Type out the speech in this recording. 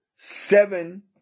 seven